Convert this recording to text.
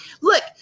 Look